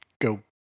go